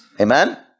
amen